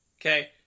okay